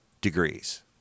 degrees